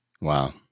Wow